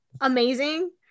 amazing